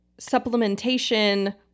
supplementation